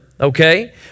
okay